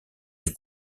des